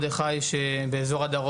זה בין 100% ל-150%.